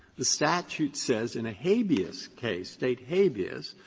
the statute says in a habeas case, state habeas,